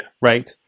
Right